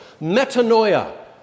Metanoia